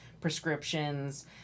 prescriptions